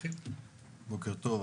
בוקר טוב,